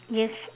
yes